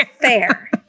fair